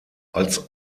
als